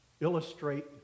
illustrate